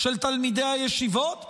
של תלמידי הישיבות,